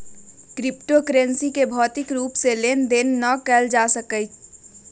crypto currency के भौतिक रूप से लेन देन न कएल जा सकइय